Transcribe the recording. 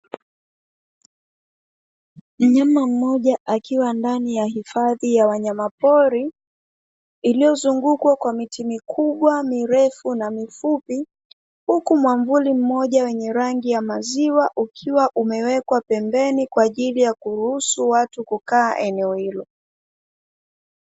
Mnyama mmoja akiwa ndani ya hifadhi ya wanyamapori iliyozungukwa kwa miti mikubwa mirefu na mifupi, huku muamvuli mmoja wenye rangi ya maziwa ukiwa umewekwa pembeni kwa ajili ya kuruhusu watu kukaa eneo hilo.